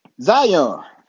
Zion